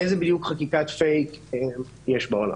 איזו חקיקת "פייק" יש בעולם.